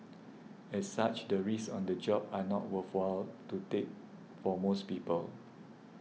as such the risks on the job are not worthwhile to take for most people